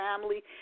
family